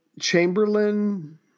Chamberlain